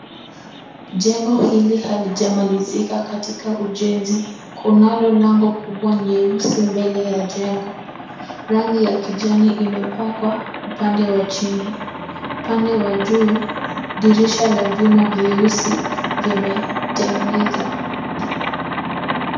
Jengo hili halijamalizika katika ujenzi. Kunalo lango kubwa nyeusi mbele ya jengo. Rangi ya kijani imepakwa upande wa chini. Upande wa juu, dirisha la vyuma vyeusi vimetegenezwa.